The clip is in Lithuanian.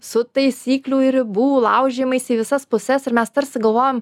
su taisyklių ir ribų laužymais į visas puses ir mes tarsi galvojam